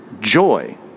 joy